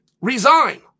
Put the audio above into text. resign